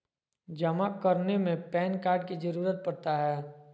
जमा करने में पैन कार्ड की जरूरत पड़ता है?